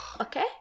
okay